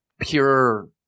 pure